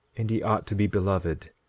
and ye ought to be beloved,